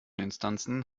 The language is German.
instanzen